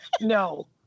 No